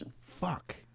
fuck